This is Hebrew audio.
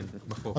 כן, בחוק.